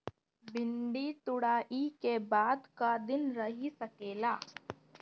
भिन्डी तुड़ायी के बाद क दिन रही सकेला?